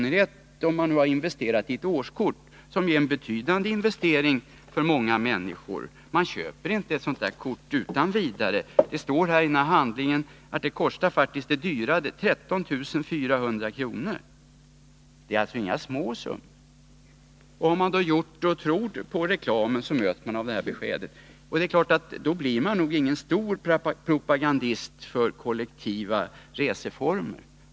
En investering i ett årskort är en betydande investering för många människor. Man köper inte ett sådant kort utan vidare. Det står faktiskt i denna handling att det dyraste kortet kostar 13 400 kr. Det är alltså inga små summor. Om man löst ett årskort och trott på reklamen, så möts man av detta besked. Det är klart att man då inte blir någon stor propagandist för kollektiva reseformer.